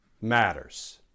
matters